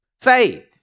Faith